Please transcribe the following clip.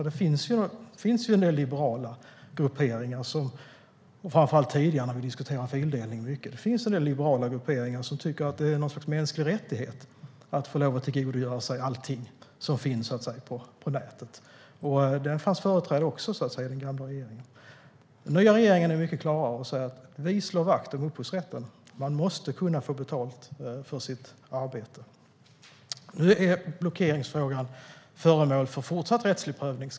Det finns en del liberala grupperingar som, framför allt när vi diskuterar fildelning, tycker att det är något slags mänsklig rättighet att få tillgodogöra sig allt som finns på nätet. Dem fanns det också företrädare för i den tidigare regeringen. Den nuvarande regeringen är mycket tydligare. Vi säger att vi slår vakt om upphovsrätten. Man måste få betalt för sitt arbete. Blockeringsfrågan är föremål för fortsatt rättslig prövning.